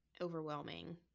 overwhelming